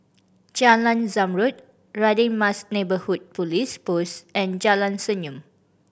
Jalan Zamrud Radin Mas Neighbourhood Police Post and Jalan Senyum